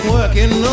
Working